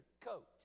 coat